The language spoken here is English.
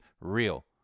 real